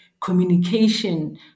communication